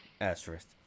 asterisk